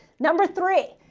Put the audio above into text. number three,